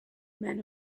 men